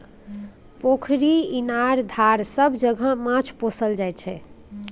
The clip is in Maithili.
पोखरि, इनार, धार सब जगह माछ पोसल जाइ छै